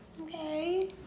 Okay